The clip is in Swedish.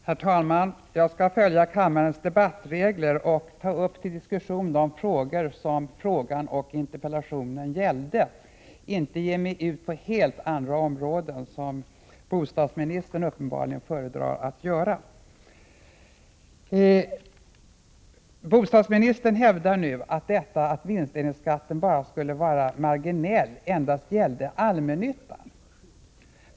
Herr talman! Jag skall följa kammarens debattregler och ta upp till diskussion de frågor som frågan och interpellationen gällde och inte ge mig ut på helt andra områden, vilket bostadsministern uppenbarligen föredrar att göra. Bostadsministern hävdar nu att uttalandet om att vinstdelningsskattens effekter skulle vara marginella endast gällde allmännyttan.